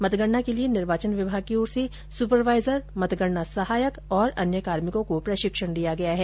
मतगणना के लिए निर्वाचन विभाग की ओर से सुपरवाईजर मतगणना सहायक और अन्य कार्मिकों को प्रशिक्षण दिया गया है